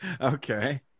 Okay